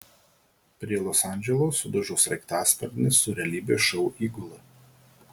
prie los andželo sudužo sraigtasparnis su realybės šou įgula